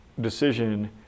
decision